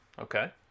Okay